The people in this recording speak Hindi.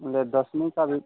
ले दसवीं का भी